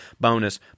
bonus